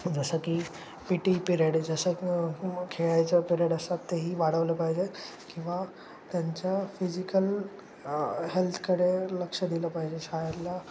जसं की P T period जसं खेळायचं पिरियड असतात तेही वाढवलं पाहिजे किंवा त्यांच्या फिजिकल हेल्थकडे लक्ष दिलं पाहिजे शाळेला